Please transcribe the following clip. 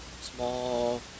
small